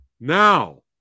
Now